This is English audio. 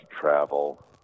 travel